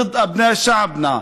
נגד בני עמנו.